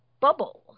bubbles